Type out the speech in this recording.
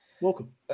Welcome